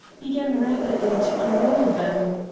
began rapidly to unroll them.